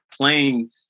playing